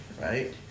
right